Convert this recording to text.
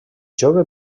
jove